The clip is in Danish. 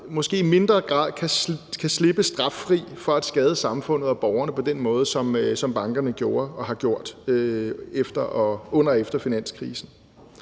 måske i mindre grad kan slippe straffri fra at skade samfundet og borgerne på den måde, som bankerne gjorde og har gjort under og efter finanskrisen.